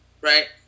right